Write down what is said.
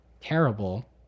terrible